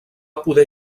poder